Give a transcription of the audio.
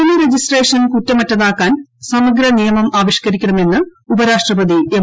ഭൂമി രജിസ്ട്രേഷൻ കുറ്റ്മറ്റതാക്കാൻ സമഗ്ര നിയമം ആവിഷ്ക്കരിക്കണ്ണ് ഉപരാഷ്ട്രപതി എം